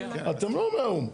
אתם לא מהאו"ם.